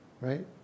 right